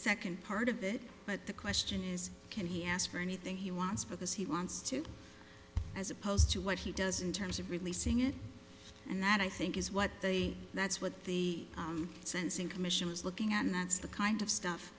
second part of it but the question is can he ask for anything he wants for this he wants to as opposed to what he does in terms of releasing it and that i think is what they that's what the sensing commission is looking at and that's the kind of stuff